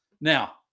Now